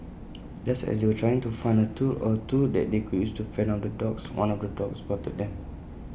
just as they were trying to find A tool or two that they could use to fend off the dogs one of the dogs spotted them